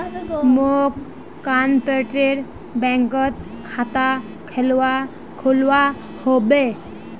मौक कॉपरेटिव बैंकत खाता खोलवा हबे